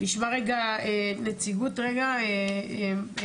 נשמע רגע נציגות שלטון מקומי,